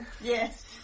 Yes